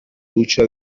lucha